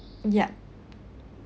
yup